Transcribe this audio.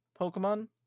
pokemon